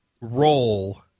roll